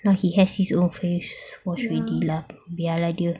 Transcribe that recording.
now he has his own face wash already lah biar lah dia